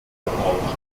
vertauscht